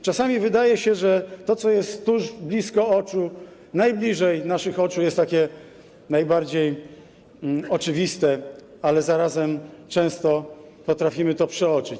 Czasami wydaje się, że to, co jest blisko oczu, najbliżej naszych oczu, jest najbardziej oczywiste, ale zarazem często potrafimy to przeoczyć.